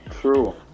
True